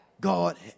God